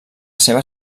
seva